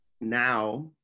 now